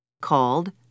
called